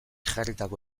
jarritako